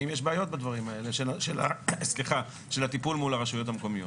האם יש בעיות בדברים האלה של הטיפול מול הרשויות המקומיות?